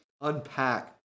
unpack